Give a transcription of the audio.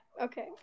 okay